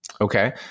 Okay